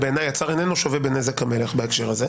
ובעיניי הצר איננו שווה בנזק המלך בהקשר הזה,